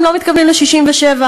הם לא מתכוונים ל-67'.